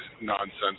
nonsense